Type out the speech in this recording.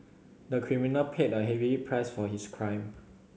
the criminal paid a heavy price for his crime